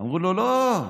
אמרו לו: לא,